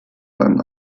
beim